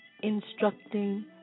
instructing